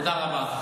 תודה רבה.